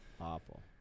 Awful